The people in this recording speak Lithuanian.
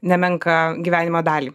nemenką gyvenimo dalį